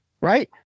right